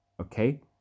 Okay